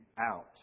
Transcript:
out